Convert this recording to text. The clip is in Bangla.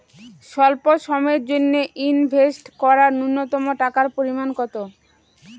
স্বল্প সময়ের জন্য ইনভেস্ট করার নূন্যতম টাকার পরিমাণ কত?